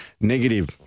negative